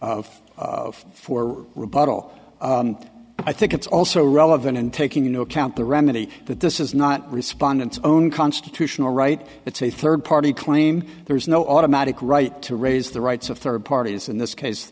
of of for report all i think it's also relevant and taking into account the remedy that this is not respondent own constitutional right it's a third party claim there is no automatic right to raise the rights of third parties in this case